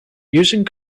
using